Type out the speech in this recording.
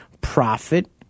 profit